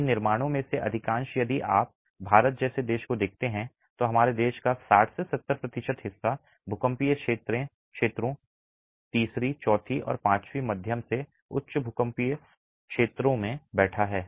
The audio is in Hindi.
इन निर्माणों में से अधिकांश यदि आप भारत जैसे देश को देखते हैं तो हमारे देश का 60 से 70 प्रतिशत हिस्सा भूकंपीय क्षेत्रों III IV और V मध्यम से उच्च भूकंपीय क्षेत्रों में बैठा है